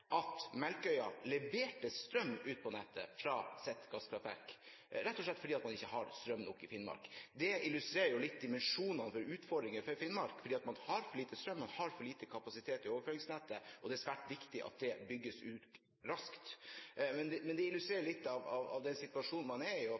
at Melkøya leverte strøm ut på nettet fra sitt gasskraftverk, rett og slett fordi man ikke hadde strøm nok i Finnmark. Det illustrerer jo litt dimensjonen i utfordringen for Finnmark: Man har for lite strøm, man har for lite kapasitet i overføringsnettet, og det er svært viktig at det bygges ut raskt. Men det